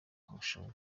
khashoggi